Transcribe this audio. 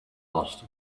asked